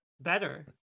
better